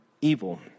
evil